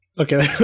Okay